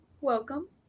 Welcome